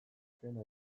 azkena